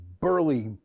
burly